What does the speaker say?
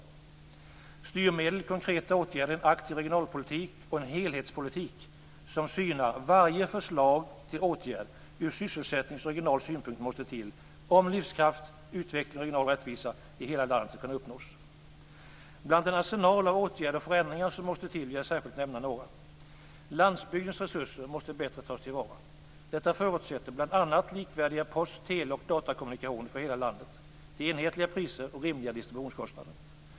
Styrmedel, konkreta åtgärder, en aktiv regionalpolitik och en helhetspolitik som synar varje förslag till åtgärd ur sysselsättnings och regional synpunkt måste till om livskraft, utveckling och regional rättvisa i hela landet skall kunna uppnås. Bland den arsenal av åtgärder och förändringar som måste till vill jag särskilt nämna några. Landsbygdens resurser måste bättre tas till vara. Detta förutsätter bl.a. likvärdiga post-, tele och datakommunikationer för hela landet, till enhetliga priser och rimliga distributionstider.